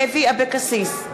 אבקסיס,